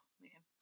man